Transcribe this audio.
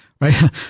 Right